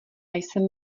jsem